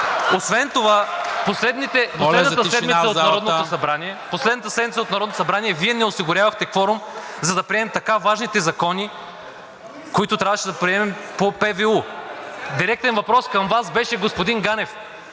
МИТЕВ: …последната седмица от Народното събрание Вие не осигурявахте кворум, за да приемем така важните закони, които трябваше да приемем по ПВУ. Директен въпрос към Вас беше: „Защо излязохте